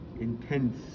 intense